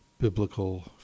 biblical